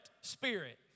spirit